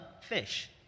fish